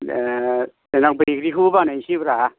ए देनां बैग्रिखौबो बानायनोसैब्रा